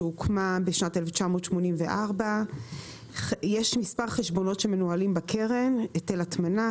שהוקמה בשנת 1984. יש מספר חשבונות שמנוהלים בקרן: היטל הטמנה,